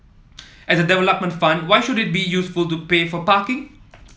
as a development fund why should it be useful to pay for parking